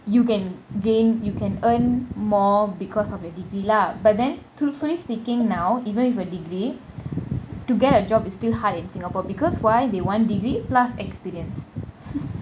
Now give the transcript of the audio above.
you can gain you can earn more because of your degree lah but then truthfully speaking now even with a degree to get a job is still hard in singapore because why they want degree plus experience